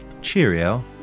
Cheerio